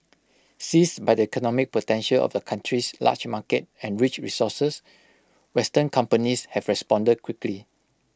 seized by the economic potential of the country's large market and rich resources western companies have responded quickly